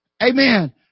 amen